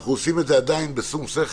אנחנו עושים את זה עדיין בשום שכל,